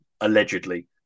allegedly